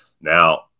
Now